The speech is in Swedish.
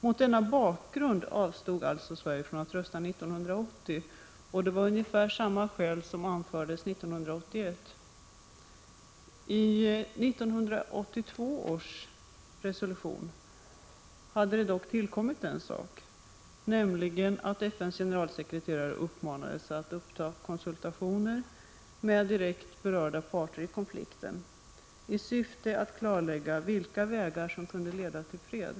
Mot denna bakgrund avstod alltså Sverige från att rösta 1980, och ungefär samma skäl för att avstå anfördes 1981. I 1982 års resolution hade det tillkommit en sak, nämligen att FN:s generalsekreterare uppmanades att uppta konsultationer med direkt berörda «parter i konflikten, i syfte att klarlägga vilka vägar som kunde leda till fred. Prot.